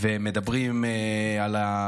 ומדברים על,